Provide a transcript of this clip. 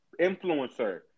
influencer